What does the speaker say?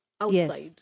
Outside